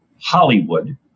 hollywood